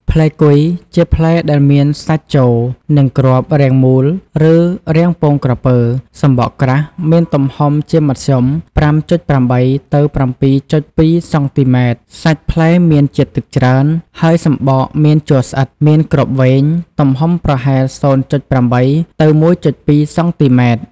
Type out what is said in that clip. ផ្លែគុយ ជាផ្លែដែលមានសាច់ជោ និងគ្រាប់ រាងមូល ឬ រាងពងក្រពើ សំបកក្រាស់ មានទំហំជាមធ្យម ៥.៨ ទៅ ៧.២ សង់ទីម៉ែត្រ។ សាច់ផ្លែមានជាតិទឹកច្រើន ហើយសំបកមានជ័រស្អិត មានគ្រាប់វែង ទំហំប្រហែល ០.៨ទៅ១.២ សង់ទីម៉ែត្រ។